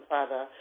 Father